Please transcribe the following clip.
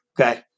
Okay